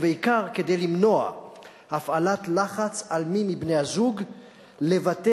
ובעיקר כדי למנוע הפעלת לחץ על מי מבני-הזוג לוותר